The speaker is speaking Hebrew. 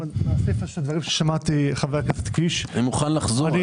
בסיפה של הדברים ששמעתי מחבר הכנסת קיש --- אני מוכן לחזור על